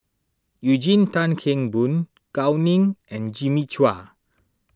Eugene Tan Kheng Boon Gao Ning and Jimmy Chua